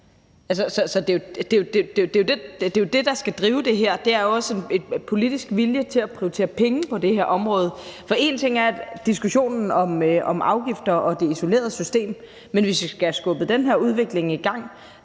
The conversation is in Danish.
Det, der skal drive det her, er også en politisk vilje til at prioritere penge til det her område, for en ting er diskussionen om afgifter og det isolerede system, men en anden ting er, at hvis vi skal have skubbet den her udvikling i gang,